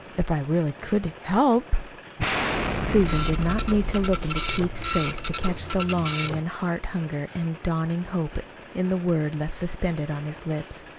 if i really could help susan did not need to look into keith's face to catch the longing and heart-hunger and dawning hope in the word left suspended on his lips.